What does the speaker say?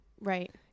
right